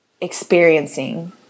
experiencing